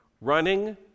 running